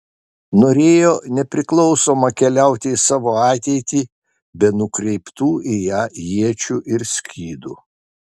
norėjo nepriklausoma keliauti į savo ateitį be nukreiptų į ją iečių ir skydų